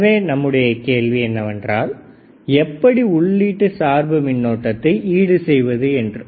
எனவே நம்முடைய கேள்வி என்னவென்றால் எப்படி உள்ளீட்டு சார்பு மின்னோட்டத்தை ஈடு செய்வது என்று